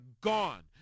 gone